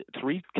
three